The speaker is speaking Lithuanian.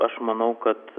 aš manau kad